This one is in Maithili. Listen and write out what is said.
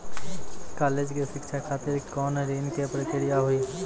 कालेज के शिक्षा खातिर कौन ऋण के प्रक्रिया हुई?